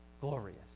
glorious